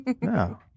No